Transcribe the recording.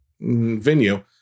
venue